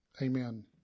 Amen